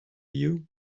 you